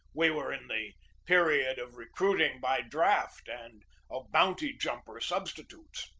we were in the period of recruiting by draft and of bounty jumper substitutes.